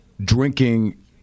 drinking